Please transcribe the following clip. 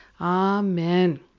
amen